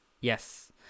Yes